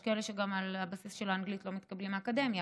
יש כאלה שגם על הבסיס של האנגלית לא מתקבלים לאקדמיה,